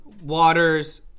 Waters